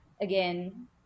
again